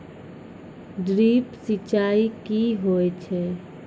Drip सिंचाई कि होय छै?